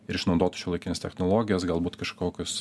ir išnaudotų šiuolaikines technologijas galbūt kažkokius